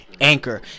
Anchor